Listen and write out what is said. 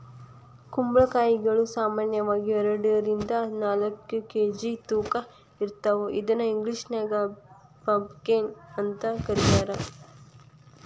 ಕುಂಬಳಕಾಯಿಗಳು ಸಾಮಾನ್ಯವಾಗಿ ಎರಡರಿಂದ ನಾಲ್ಕ್ ಕೆ.ಜಿ ತೂಕ ಇರ್ತಾವ ಇದನ್ನ ಇಂಗ್ಲೇಷನ್ಯಾಗ ಪಂಪಕೇನ್ ಅಂತ ಕರೇತಾರ